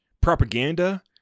propaganda